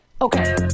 Okay